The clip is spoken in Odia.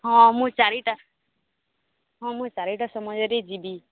ହଁ ମୁଁ ଚାରିଟା ହଁ ମୁଁ ଚାରିଟା ସମୟରେ ଯିବି